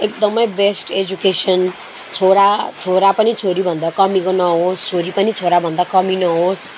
एकदमै best education छोरा छोरा पनि छोरीभन्दा कमीको नहोस् छोरी पनि छोराभन्दा कमी नहोस्